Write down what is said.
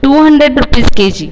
two hundred rupees K G